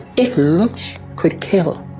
if looks could kill,